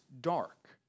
dark